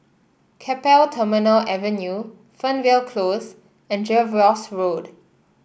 Keppel Terminal Avenue Fernvale Close and Jervois Road